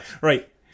Right